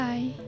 Bye